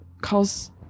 calls